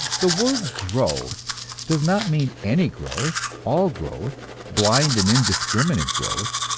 the word growth does not mean any growth, all growth, blind and indiscriminate growth.